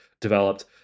developed